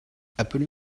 appelez